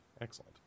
excellent